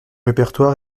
répertoire